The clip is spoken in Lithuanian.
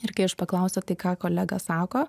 ir kai aš paklausiu o tai ką kolega sako